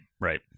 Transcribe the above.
right